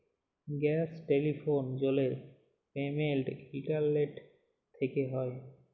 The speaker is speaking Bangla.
গ্যাস, টেলিফোল, জলের পেমেলট ইলটারলেট থ্যকে হয়